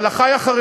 אבל, אחי החרדים,